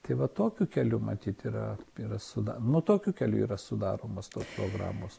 tai va tokiu keliu matyt yra yra suda nu tokiu keliu yra sudaromos tos programos